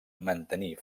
mantenir